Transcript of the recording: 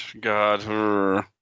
God